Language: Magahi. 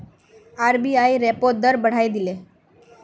आर.बी.आई रेपो दर बढ़ाए दिले